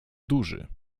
duży